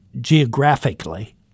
geographically